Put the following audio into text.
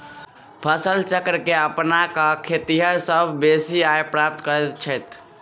फसल चक्र के अपना क खेतिहर सभ बेसी आय प्राप्त करैत छथि